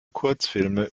kurzfilme